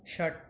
षट्